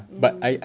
mm